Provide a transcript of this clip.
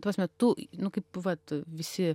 to sme tu nu kaip vat visi